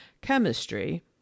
chemistry